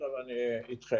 עכשיו אני איתכם.